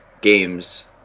games